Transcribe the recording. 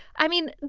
i mean,